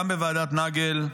גם בוועדת נגל,